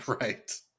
Right